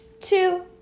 two